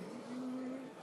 נמנעים.